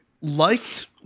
liked